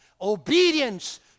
Obedience